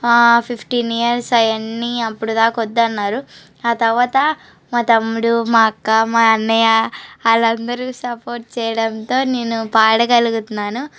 fifteen years అవన్ని అప్పుడుదాకా వద్దన్నారు ఆ తర్వాత మా తమ్ముడు మా అక్క మా అన్నయ వాళ్ళందరూ సప్పోర్ట్ చేయడంతో నేను పాడగలుగుతున్నాను